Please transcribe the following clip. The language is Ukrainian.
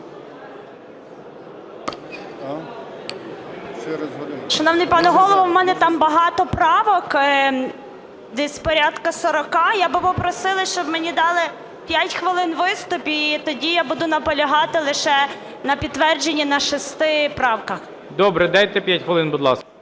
Добре. Дайте 5 хвилин, будь ласка.